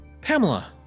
Pamela